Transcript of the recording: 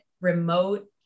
remote